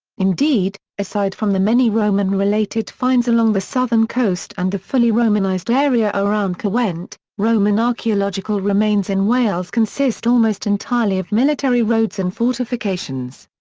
indeed, aside from the many roman-related finds along the southern coast and the fully romanised area around caerwent, roman archaeological remains in wales consist almost entirely of military roads and fortifications.